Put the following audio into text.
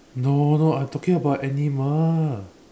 no no I talking about animal